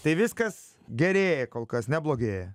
tai viskas gerėja kol kas neblogėja